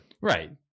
Right